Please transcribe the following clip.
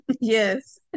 Yes